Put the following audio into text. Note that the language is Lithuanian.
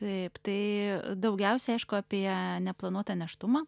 taip tai daugiausiai aišku apie neplanuotą nėštumą